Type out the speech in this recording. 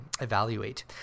evaluate